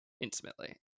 intimately